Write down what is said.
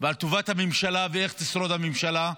ועל טובת הממשלה ואיך תשרוד הממשלה,